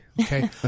Okay